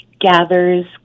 gathers